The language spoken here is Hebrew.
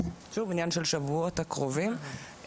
עניין של השבועות הקרובים,